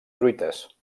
truites